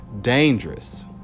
dangerous